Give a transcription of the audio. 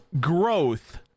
growth